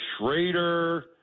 Schrader